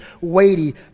weighty